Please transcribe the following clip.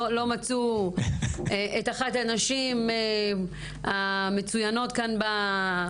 לא מצאו את אחת הנשים המצוינות כאן בכנסת?